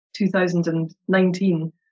2019